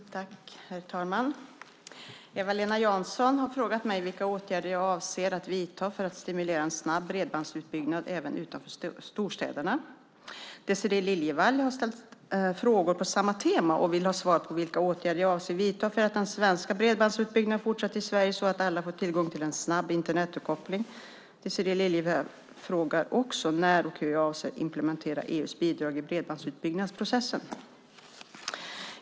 Herr talman! Eva-Lena Jansson har frågat mig vilka åtgärder jag avser att vidta för att stimulera en snabb bredbandsutbyggnad även utanför storstäderna. Désirée Liljevall har ställt frågor på samma tema och vill ha svar på vilka åtgärder jag avser att vidta för att den svenska bredbandsutbyggnaden fortsätter i Sverige så att alla får tillgång till en snabb Internetuppkoppling. Désirée Liljevall frågar också när och hur jag avser att implementera EU:s bidrag i bredbandsutbyggnadsprocessen.